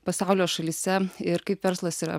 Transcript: pasaulio šalyse ir kaip verslas yra